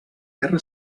guerra